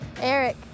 Eric